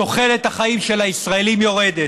תוחלת החיים של הישראלים יורדת.